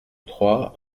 trois